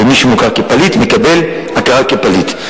ומי שמוכר כפליט מקבל הכרה כפליט.